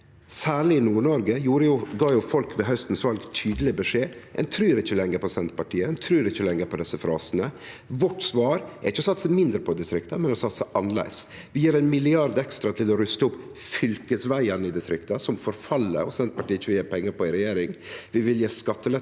Særleg i Nord-Noreg gav folk ved haustens val tydeleg beskjed. Ein trur ikkje lenger på Senterpartiet. Ein trur ikkje lenger på desse frasene. Vårt svar er ikkje å satse mindre på distrikta, men å satse annleis. Vi gjev 1 mrd. kr ekstra til å ruste opp fylkesvegane i distrikta. Dei forfell, og Senterpartiet gjev ikkje pengar til det i regjering. Vi vil gje skattelette